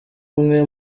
umwe